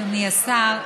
אדוני השר,